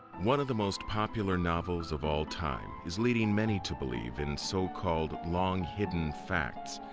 one of the most popular novels of all time. is leading many to believe in so-called long-hidden facts.